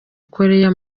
koreya